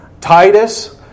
Titus